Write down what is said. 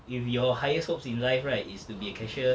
if your highest hopes in life right is to be a cashier